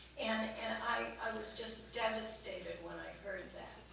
and and i was just devastated when i heard that.